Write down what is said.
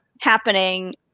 happening